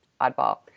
oddball